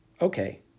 Okay